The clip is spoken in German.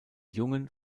jungen